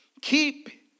keep